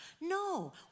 No